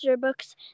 books